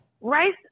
Rice